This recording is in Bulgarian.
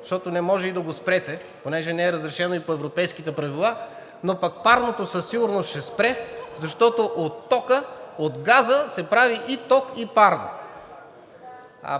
защото не може да го спрете – не е разрешено и по европейските правила, но пък парното със сигурност ще спре, защото от газа се правят и ток, и парно.